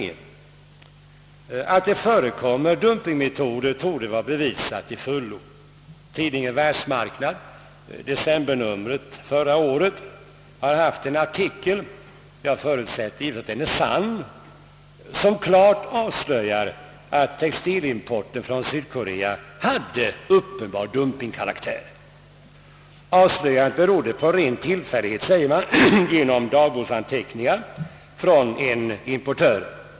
Att det förekommer dumpingmetoder torde vara bevisat till fullo. I förra årets decembernummer av tidningen Världsmarknad finns en artikel — jag förutsätter givetvis att den är sann — som klart avslöjar att textilimporten från Sydkorea hade uppenbar dumpingkaraktär. Det framhålles att avslöjandet berodde på en ren tillfällighet; det skedde på grund av dagboksanteckningar av en importör.